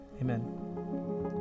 Amen